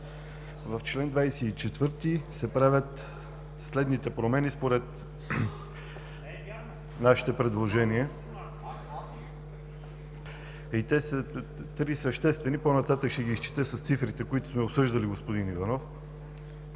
В чл. 24 се правят следните промени според нашите предложения. Те са три съществени, по-нататък ще ги изчета с цифрите, които сме обсъждали, господин Иванов,